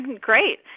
great